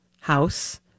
house